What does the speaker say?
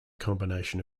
combination